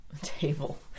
table